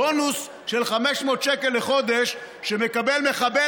הבונוס של 500 שקל לחודש שמקבל מחבל